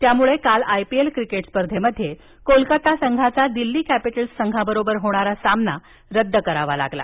त्यामुळं काल IPL cricket स्पर्धेत कोलकता संघाचा दिल्ली कॅपिटल्स संघाबरोबर होणारा सामना रद्द करावा लागला